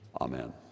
Amen